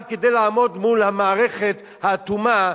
רק כדי לעמוד מול המערכת האטומה,